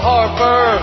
Harper